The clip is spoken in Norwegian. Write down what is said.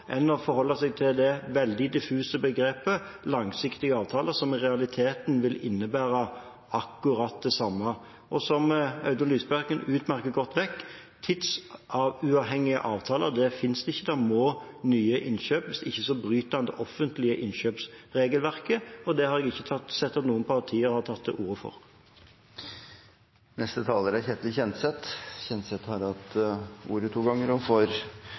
enn å forholde seg til det veldig diffuse begrepet «langsiktige avtaler», som i realiteten vil innebære akkurat det samme. Og som Audun Lysbakken utmerket godt vet: Tidsuavhengige avtaler finnes ikke, en må gjøre nye innkjøp, hvis ikke bryter en det offentlige innkjøpsregelverket, og det har jeg ikke sett at noen partier har tatt til orde for. Representanten Ketil Kjenseth har hatt ordet to ganger og